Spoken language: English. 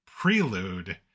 Prelude